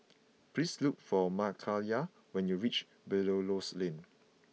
please look for Mckayla when you reach Belilios Lane